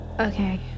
Okay